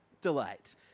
delight